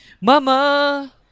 Mama